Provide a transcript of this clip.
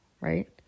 Right